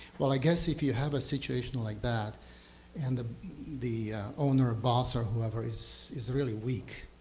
well, i guess if you have a situation like that and the the owner, boss or whoever is is really weak,